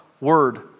word